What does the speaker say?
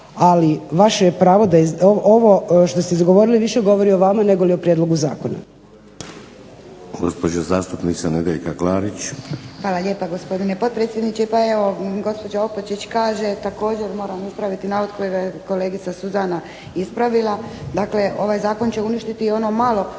Ali vaše je pravo da ovo što ste izgovorili da više govori o vama negoli o prijedlogu zakona. **Šeks, Vladimir (HDZ)** Gospođa zastupnica Nedjeljka Klarić. **Klarić, Nedjeljka (HDZ)** Hvala lijepa gospodine potpredsjedniče. Pa evo gospođa Opačić kaže također moram ispraviti navod kojeg je kolegica Suzana ispravila. Dakle ovaj zakon će uništiti i ono malo